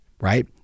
right